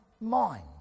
mind